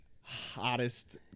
hottest